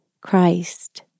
Christ